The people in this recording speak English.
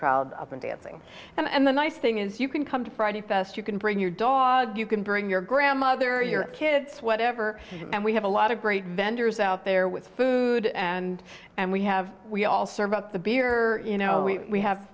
crowd up and dancing and the nice thing is you can come to friday fest you can bring your dog you can bring your grandmother your kids whatever and we have a lot of great vendors out there with food and and we have we all serve up the beer or you know we have